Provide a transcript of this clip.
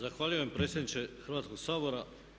Zahvaljujem predsjedniče Hrvatskog sabora.